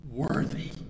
worthy